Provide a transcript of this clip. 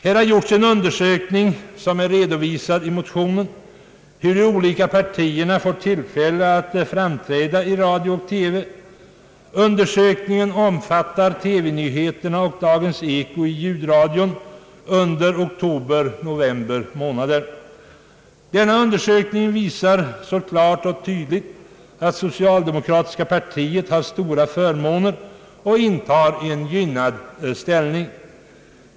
Det har gjorts en undersökning, som är redovisad i motionen, hur de olika partierna får tillfälle att framträda i radio och TV. Undersökningen omfattar TV-nyheterna och dagens eko i ljudradion under oktober och november månader, Denna undersökning visar klart och tydligt att socialdemokratiska partiet har stora förmåner och intar en gynnad ställning.